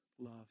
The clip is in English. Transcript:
Love